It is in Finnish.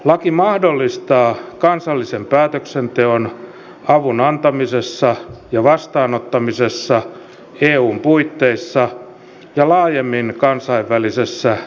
laki mahdollistaa kansallisen päätöksenteon avun antamisessa ja vastaanottamisessa eun puitteissa ja laajemmin kansainvälisessä yhteistyössä